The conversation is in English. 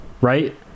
right